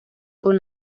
con